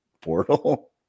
portal